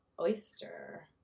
oyster